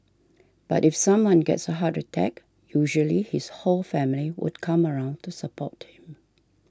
but if someone gets a heart attack usually his whole family would come around to support him